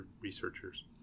researchers